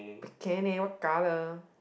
bikini what colour